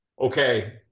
okay